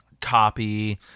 copy